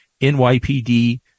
NYPD